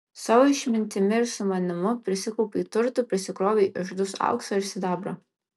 savo išmintimi ir sumanumu prisikaupei turtų prisikrovei iždus aukso ir sidabro